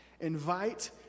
Invite